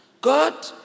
God